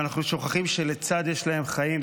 ואנחנו שוכחים שיש להם חיים,